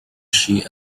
she